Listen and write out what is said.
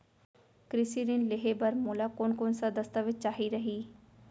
कृषि ऋण लेहे बर मोला कोन कोन स दस्तावेज चाही रही?